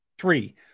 Three